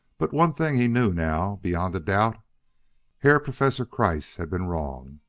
but one thing he knew now beyond a doubt herr professor kreiss had been wrong.